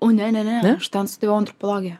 o ne ne ne aš ten studijavau antropologiją